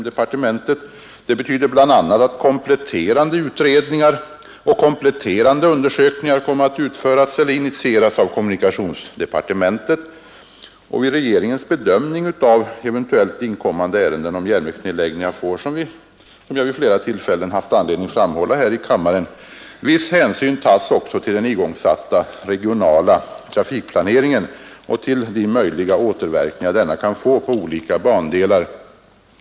Det betyder bl.a. att kompletterande utredningar och undersökningar kommer att göras eller initieras av kommunikationsdepartementet. Och vid regeringens bedömningar av eventuellt inkommande ärenden om järnvägsnedläggningar får vi, som jag tidigare vid flera tillfällen har haft anledning framhålla här i kammaren, ta viss hänsyn också till den igångsatta regionala trafikplaneringen och till de möjliga återverkningar som den kan få på olika bandelar.